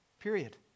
period